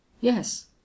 Yes